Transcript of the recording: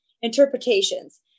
interpretations